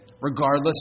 Regardless